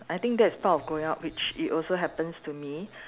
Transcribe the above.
I think that is part of growing up which it also happens to me